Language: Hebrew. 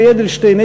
יולי אדלשטיין,